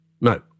No